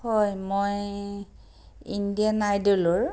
হয় মই ইণ্ডিয়ান আইডলৰ